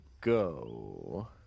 go